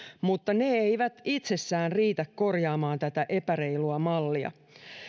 mutta ne eivät itsessään riitä korjaamaan tätä epäreilua mallia